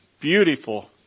beautiful